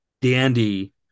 dandy